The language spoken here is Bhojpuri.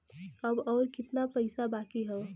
अब अउर कितना पईसा बाकी हव?